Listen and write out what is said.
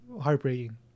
heartbreaking